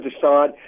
decide